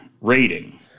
rating